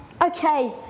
Okay